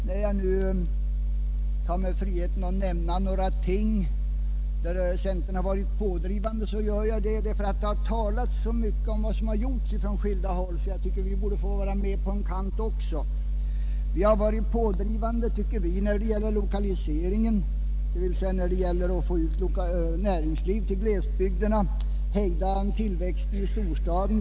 När jag nu tar mig friheten nämna några ting där centerpartiet varit pådrivande gör jag det därför att man har talat så mycket om vad som gjorts från skilda håll att jag tycker att vi också borde få vara med på ett hörn. Vi anser att vi har varit pådrivande när det gäller lokaliseringen, dvs. när det gäller att få ut näringsliv till glesbygderna och att hejda tillväxten av storstaden.